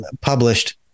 published